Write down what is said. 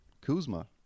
Kuzma